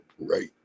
right